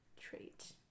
trait